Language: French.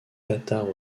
tatars